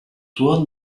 swan